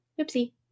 oopsie